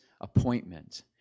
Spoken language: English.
appointment